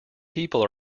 people